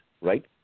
right